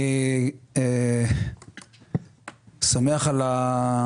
אני רוצה לציין את אכ"א,